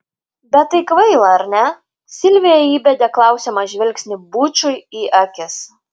bet tai kvaila ar ne silvija įbedė klausiamą žvilgsnį bučui į akis